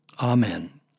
Amen